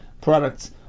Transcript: products